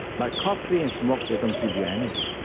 but coffee and smoke, they don't give you energy.